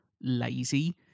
lazy